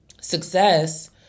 Success